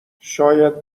شاید